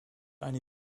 eine